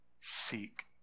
seek